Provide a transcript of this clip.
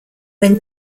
when